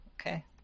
okay